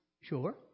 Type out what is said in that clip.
Sure